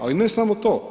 Ali ne samo to.